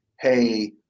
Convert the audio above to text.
hey